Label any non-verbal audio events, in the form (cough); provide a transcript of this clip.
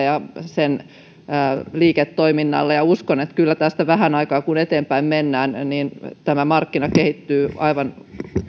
(unintelligible) ja tavarakuljetukselle sille liiketoiminnalle ja uskon että kyllä tästä vähän aikaa kun eteenpäin mennään tämä markkina kehittyy aivan